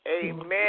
Amen